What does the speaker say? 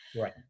right